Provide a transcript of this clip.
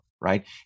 right